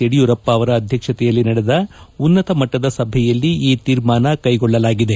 ಯಡಿಯೂರಪ್ಪ ಅವರ ಅಧ್ಯಕ್ಷತೆಯಲ್ಲಿ ನಡೆದ ಉನ್ನತೆ ಮಟ್ಟದ ಸಭೆಯಲ್ಲಿ ಈ ತೀರ್ಮಾನ ಕೈಗೊಳ್ಳಲಾಗಿದೆ